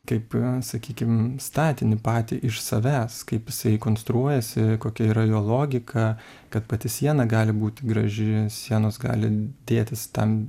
kaip sakykim statinį patį iš savęs kaip jisai konstruojasi kokia yra jo logika kad pati siena gali būt graži sienos gali dėtis ten